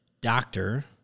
doctor